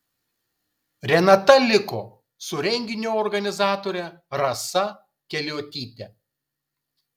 renata liko su renginio organizatore rasa keliuotyte